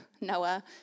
Noah